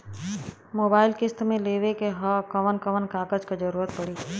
Mobile किस्त मे लेवे के ह कवन कवन कागज क जरुरत पड़ी?